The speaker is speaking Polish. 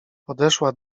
podeszła